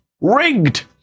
rigged